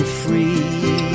free